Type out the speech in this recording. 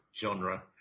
genre